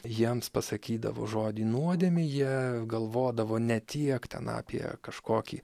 jiems pasakydavo žodį nuodėmė jie galvodavo ne tiek ten apie kažkokį